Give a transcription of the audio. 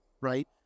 right